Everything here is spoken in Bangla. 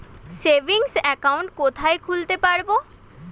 সেভিংস অ্যাকাউন্ট কোথায় খুলতে পারব?